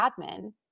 admin